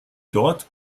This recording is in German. dort